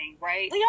right